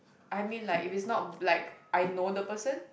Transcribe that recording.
I mean like if it is not like I know the person